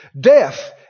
death